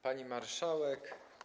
Pani Marszałek!